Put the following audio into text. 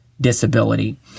disability